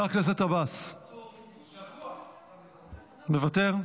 הכנסת מנסור עבאס, מוותר,